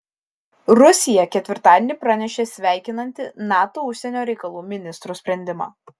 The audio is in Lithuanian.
rusija ketvirtadienį pranešė sveikinanti nato užsienio reikalų ministrų sprendimą